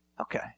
Okay